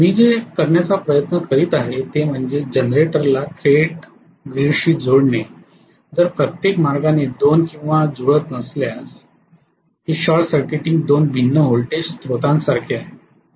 मी जे करण्याचा प्रयत्न करीत आहे ते म्हणजे जनरेटरला थेट ग्रीडशी जोडणे जर प्रत्येक मार्गाने 2 किंवा जुळत नसल्यास हे शॉर्ट सर्किटिंग 2 भिन्न व्होल्टेज स्त्रोतांसारखे आहे